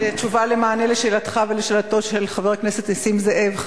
במענה על שאלתך ולשאלתו של חבר הכנסת נסים זאב,